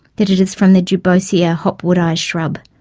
that it is from the duboisia hopwoodishrub,